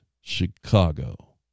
Chicago